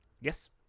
Yes